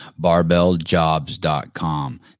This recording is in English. Barbelljobs.com